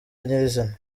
nyirizina